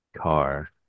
car